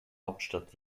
hauptstadt